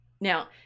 Now